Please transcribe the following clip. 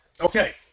Okay